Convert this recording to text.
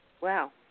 Wow